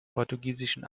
portugiesischen